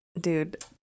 Dude